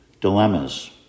Dilemmas